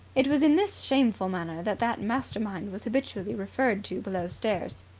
it was in this shameful manner that that mastermind was habitually referred to below stairs.